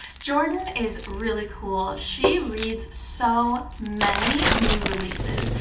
jourdyn is really cool. she reads so many new releases.